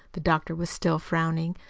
the doctor was still frowning,